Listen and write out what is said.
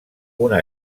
una